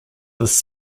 this